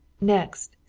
next,